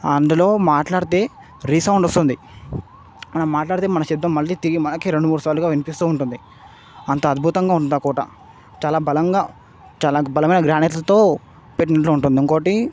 అందులో మాట్లాడితే రీసౌండ్ వస్తుంది మనం మాట్లాడితే మన శబ్దం మళ్ళీ తిరిగి మనకే రెండు మూడు సార్లుగా వినిపిస్తూ ఉంటుంది అంత అద్భుతంగా ఉందా కోట చాలా బలంగా చాలా బలమయిన గ్రానైట్తో పెట్టినట్లు ఉంటుంది ఇంకోటి